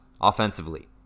offensively